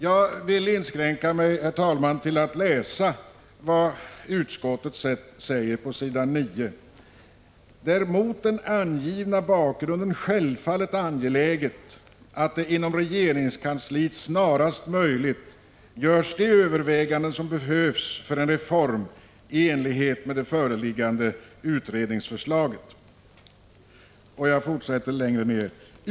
Jag vill inskränka mig, herr talman, till att läsa vad utskottet säger på s. 9: ”Det är mot den angivna bakgrunden självfallet angeläget att det inom regeringskansliet snarast möjligt görs de överväganden som behövs för ——— en reform i enlighet med det föreliggande utredningsförslaget ———.